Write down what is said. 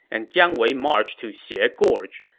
and jiang wei marched to xie ah gorge.